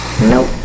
Nope